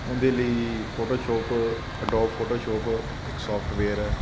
ਉਹਦੇ ਲਈ Photoshop Adobe Photoshop ਇੱਕ ਸੋਫਟਵੇਅਰ ਹੈ